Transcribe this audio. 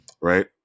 right